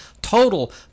Total